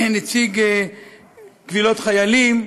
נציב קבילות חיילים.